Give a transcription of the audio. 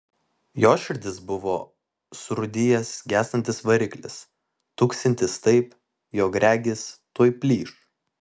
jo širdis buvo surūdijęs gęstantis variklis tuksintis taip jog regis tuoj plyš